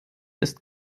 ist